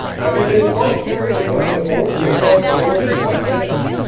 have you been twice married and once divorced, or twice divorced and once married?